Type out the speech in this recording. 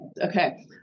Okay